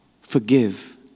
forgive